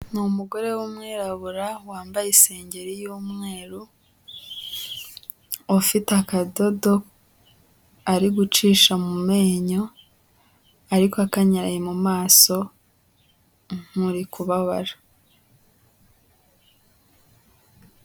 Ni umugore w'umwirabura wambaye isengeri y'umweru, ufite akadodo ari gucisha mu menyo ariko akanyaraye mu maso nk'uri kubabara.